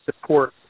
Support